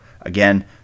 again